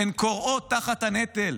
הן כורעות תחת הנטל.